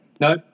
No